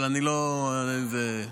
יש עדכון, אבל אני לא, זו טעות.